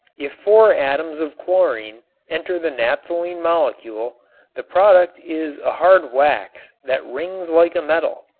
if four atoms of chlorine enter the naphthalene molecule the product is a hard wax that rings like a metal.